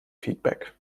feedback